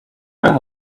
going